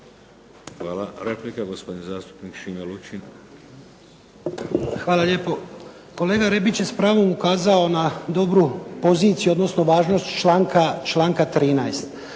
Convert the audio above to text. Hvala. Replika, gospodin zastupnik Šime Lučin. **Lučin, Šime (SDP)** Hvala lijepo. Kolega Rebić je s pravom ukazao na dobru poziciju odnosno važnost članka 13.